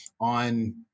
on